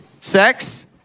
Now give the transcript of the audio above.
Sex